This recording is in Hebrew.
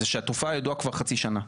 זה שהתופעה ידועה כבר חצי שנה.